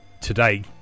today